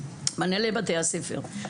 מנהלי בתי הספר,